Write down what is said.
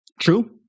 True